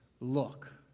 look